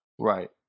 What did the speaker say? Right